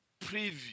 preview